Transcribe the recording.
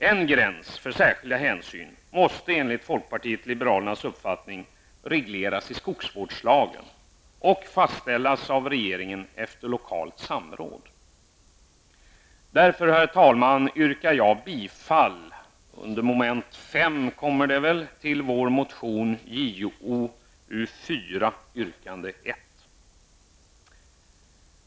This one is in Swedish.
En gräns för särskilda hänsyn måste enligt folkpartiet liberalernas uppfattning regleras i skogsvårdslagen och fastställas av regeringen efter lokalt samråd. Därför herr talman, yrkar jag bifall under mom. 5 till vår motion Jo4, yrkande 1.